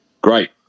Great